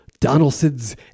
Donaldson's